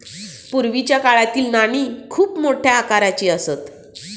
पूर्वीच्या काळातील नाणी खूप मोठ्या आकाराची असत